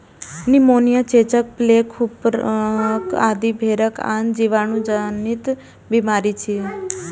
pneumonia, चेचक, plague, खुरपका आदि भेड़क आन जीवाणु जनित बीमारी छियै